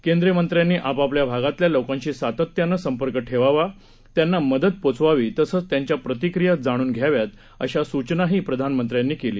केंद्रीय मंत्र्यांनी आपाआपल्या भागातल्या लोकांशी सातत्यानं संपर्क ठेवावा त्यांना मदत पोचवावी तसंच त्यांच्या प्रतिक्रिया जाणून घ्याव्यात अशी सूचनाही प्रधानमंत्र्यांनी केली